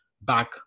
back